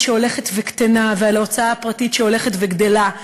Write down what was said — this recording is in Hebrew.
שהולכת וקטנה ועל ההוצאה הפרטית שהולכת וגדלה,